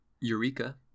Eureka